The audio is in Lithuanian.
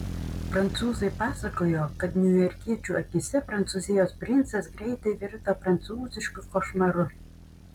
prancūzai pasakojo kad niujorkiečių akyse prancūzijos princas greitai virto prancūzišku košmaru